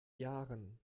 jahren